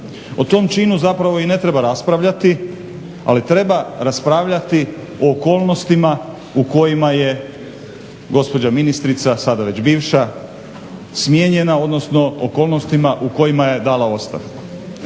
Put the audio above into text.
O tom činu zapravo i ne treba raspravljati, ali treba raspravljati o okolnostima u kojima je gospođa ministrica, sada već bivša smijenjena, odnosno okolnostima u kojima je dala ostavku.